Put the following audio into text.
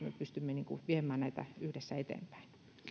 me pystymme viemään yhdessä eteenpäin